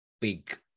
big